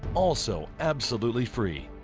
also absolutely free.